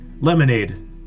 Lemonade